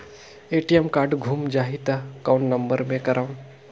ATM card गुम जाही त कौन नम्बर मे करव?